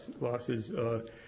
losses